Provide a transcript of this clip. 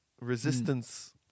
Resistance